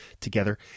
together